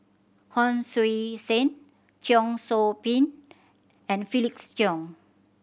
Hon Sui Sen Cheong Soo Pieng and Felix Cheong